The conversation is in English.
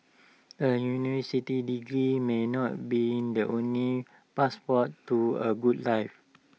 A university degree may not be the only passport to A good life